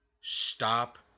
Stop